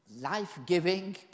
life-giving